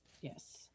yes